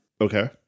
Okay